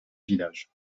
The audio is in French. village